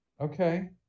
Okay